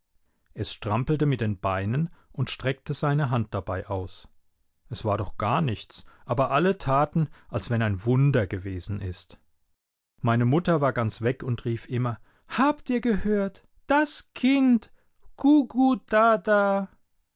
es strampelte mit den beinen und streckte seine hand dabei aus es war doch gar nichts aber alle taten als wenn ein wunder gewesen ist meine mutter war ganz weg und rief immer habt ihr gehört das kind gugu dada